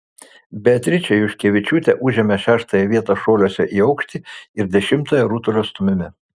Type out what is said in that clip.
beatričė juškevičiūtė užėmė šeštąją vietą šuoliuose į aukštį ir dešimtąją rutulio stūmime